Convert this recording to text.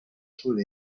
sud